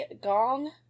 Gong